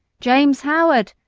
james howard!